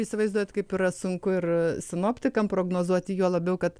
įsivaizduojat kaip yra sunku ir sinoptikam prognozuoti juo labiau kad